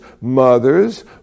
mothers